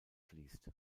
fließt